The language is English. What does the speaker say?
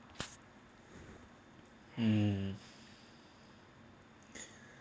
hmm